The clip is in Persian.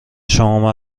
شما